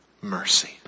mercy